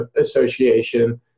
Association